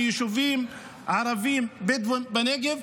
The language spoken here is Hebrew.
מיישובים ערביים בדואיים בנגב,